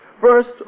First